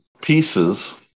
pieces